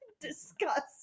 Disgusting